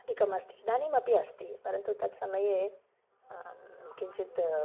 अधिकम् अस्ति इदानीमपि अस्ति परन्तु तत् समये किञ्चित्